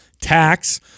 tax